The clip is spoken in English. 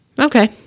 Okay